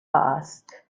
است